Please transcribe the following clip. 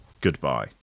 Goodbye